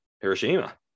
Hiroshima